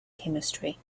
chemistry